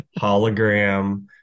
hologram